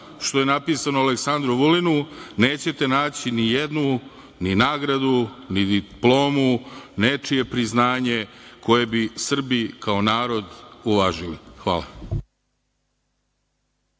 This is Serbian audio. što je napisan o Aleksandru Vulinu, nećete naći nijednu ni nagradu, ni diplomu, nečije priznanje koje bi Srbi kao narod uvažili. Hvala.